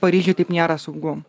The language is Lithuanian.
paryžiuj taip nėra saugu